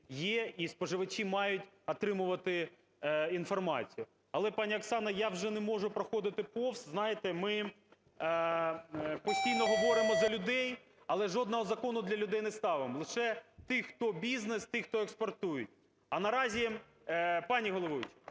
є, і споживачі мають отримувати інформацію. Але, пані Оксана, я вже не можу проходити повз. Знаєте, ми постійно говоримо за людей, але жодного закону для людей не ставимо, лише тих, хто бізнес, тих, хто експортують. А наразі, пані головуюча,